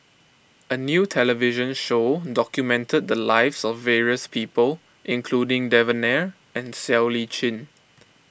a new television show documented the lives of various people including Devan Nair and Siow Lee Chin